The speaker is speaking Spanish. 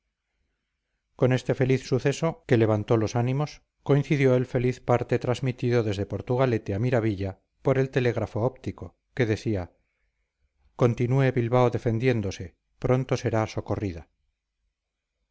con este feliz suceso que levantó los ánimos coincidió el feliz parte transmitido desde portugalete a miravilla por el telégrafo óptico que decía continúe bilbao defendiéndose pronto será socorrida